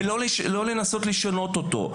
ולא לנסות לשנות אותו,